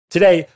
Today